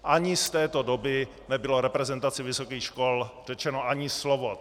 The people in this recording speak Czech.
Ani z této doby nebylo reprezentaci vysokých škol řečeno ani slovo.